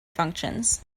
functions